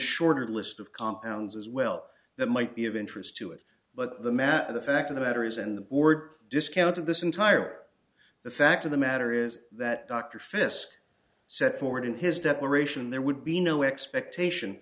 shorter list of compounds as well that might be of interest to it but the math of the fact of the matter is and the board discounted this entire the fact of the matter is that dr fiske set forth in his declaration there would be no expectation